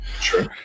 Sure